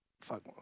Fuck